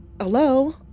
hello